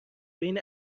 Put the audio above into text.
بین